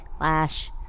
Lash